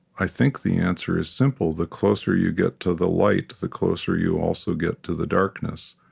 i think the answer is simple the closer you get to the light, the closer you also get to the darkness.